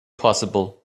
possible